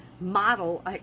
model